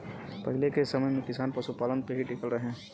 पहिले के समय में किसान पशुपालन पे ही टिकल रहे